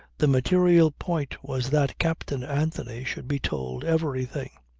the material point was that captain anthony should be told everything.